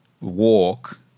walk